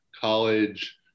college